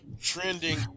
trending